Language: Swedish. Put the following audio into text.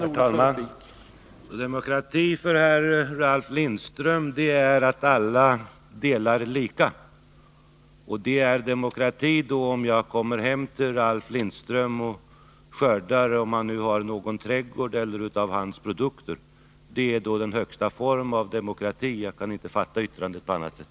Herr talman! Demokrati för Ralf Lindström är att alla delar lika. Då är det demokrati om jag kommer hem till Ralf Lindström och skördar i hans trädgård, om han har någon, eller av hans produkter. Det är då den högsta form av demokrati. Jag kan inte fatta yttrandet på annat sätt.